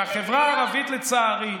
החברה הערבית, לצערי,